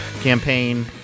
campaign